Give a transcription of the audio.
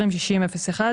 206001,